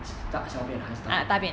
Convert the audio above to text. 是大小便还是大便